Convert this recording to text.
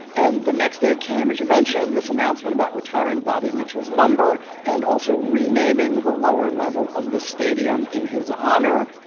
and the next day came, as you mentioned, this announcement about retiring bobby mitchell's number and also renaming the lower level of the stadium in his honor.